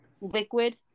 liquid